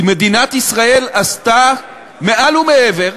אם מדינת ישראל עשתה מעל ומעבר,